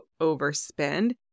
overspend